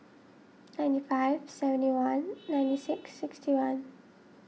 ninety five seventy one ninety six sixty one